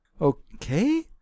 Okay